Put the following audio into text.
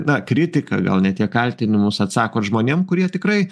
na kritiką gal ne tiek kaltinimus atsakot žmonėm kurie tikrai